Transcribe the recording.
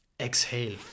exhale